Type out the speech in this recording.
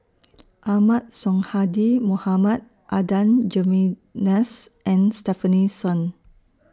Ahmad Sonhadji Mohamad Adan Jimenez and Stefanie Sun